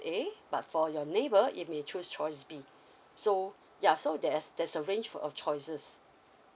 A but for your neighbour it may choose choice B so ya so there's there's a range for of choices